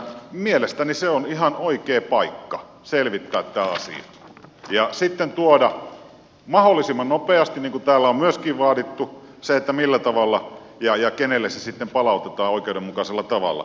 mielestäni se on ihan oikea paikka selvittää tämä asia ja sitten tuoda mahdollisimman nopeasti niin kuin täällä on myöskin vaadittu se millä tavalla ja kenelle se sitten palautetaan oikeudenmukaisella tavalla